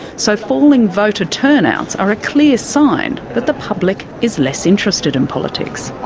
so falling voter turn-outs are a clear sign that the public is less interested in politics.